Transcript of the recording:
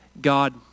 God